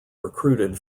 recruited